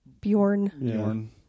bjorn